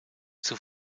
zur